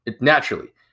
naturally